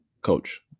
coach